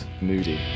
Moody